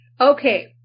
Okay